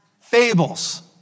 fables